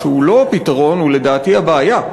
שהוא לא הפתרון והוא לדעתי הבעיה.